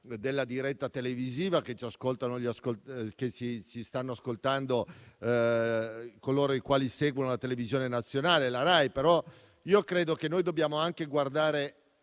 la diretta televisiva e ci stanno ascoltando coloro i quali seguono la televisione nazionale, la Rai, ma credo che si debba anche guardare